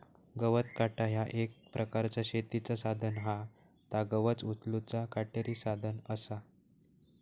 गवत काटा ह्या एक प्रकारचा शेतीचा साधन हा ता गवत उचलूचा काटेरी साधन असा